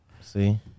See